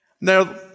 Now